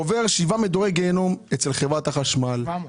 עובר שבעה מדורי גיהינום אצל חברת החשמל -- 700.